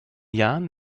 jahren